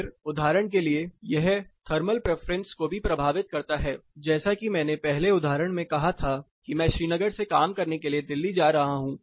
फिर उदाहरण के लिए यह थर्मल प्रेफरेंस को भी प्रभावित करता है जैसा कि मैंने पहले उदाहरण में कहा था कि मैं श्रीनगर से काम करने के लिए दिल्ली जा रहा हूं